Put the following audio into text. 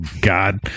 God